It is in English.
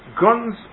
Guns